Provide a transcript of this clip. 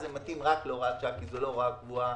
זה מתאים רק להוראת שעה, כי זאת לא הוראה קבועה.